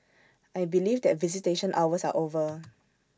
I believe that visitation hours are over